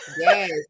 Yes